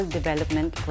Development